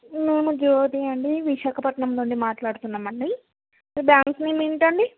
మేము జ్యోతి అండి విశాఖపట్నం నుండి మాట్లాడుతున్నామండి మీ బ్యాంక్ నేమ్ ఏంటండి